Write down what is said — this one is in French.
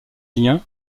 lien